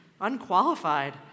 unqualified